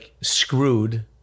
screwed